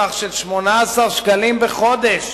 בסך 18 שקלים בחודש.